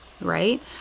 right